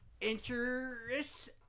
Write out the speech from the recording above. interest